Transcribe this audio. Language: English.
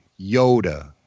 Yoda